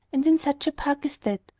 and in such a park as that.